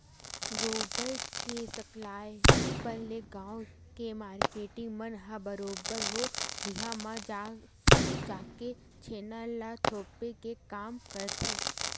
गोबर के सकलाय ऊपर ले गाँव के मारकेटिंग मन ह बरोबर ओ ढिहाँ म जाके छेना ल थोपे के काम करथे